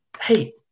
hey